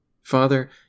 Father